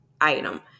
item